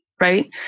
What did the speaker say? right